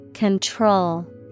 Control